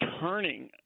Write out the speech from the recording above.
turning